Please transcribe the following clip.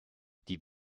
die